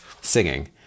Singing